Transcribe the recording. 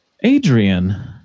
Adrian